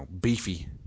beefy